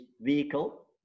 vehicle